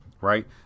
right